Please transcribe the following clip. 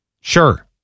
Sure